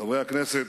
חברי הכנסת,